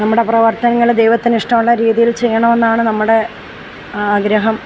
നമ്മുട പ്രവർത്തനങ്ങൾ ദൈവത്തിന് ഇഷ്ടമുള്ള രീതിയിൽ ചെയ്യണമെന്നാണ് നമ്മുടെ ആഗ്രഹം